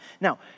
Now